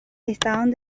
estaban